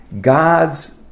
God's